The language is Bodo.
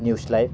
news live